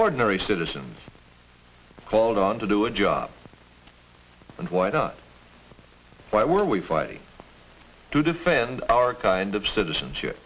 ordinary citizens called on to do a job and why not why were we fighting to defend our kind of citizenship